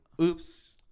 oops